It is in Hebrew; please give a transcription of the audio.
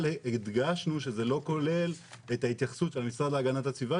אבל הדגשנו שזה לא כולל את ההתייחסות של המשרד להגנת הסביבה,